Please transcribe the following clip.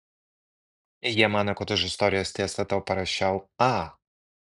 jie mano kad už istorijos testą tau parašiau a